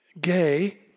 gay